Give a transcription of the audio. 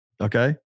Okay